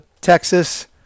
Texas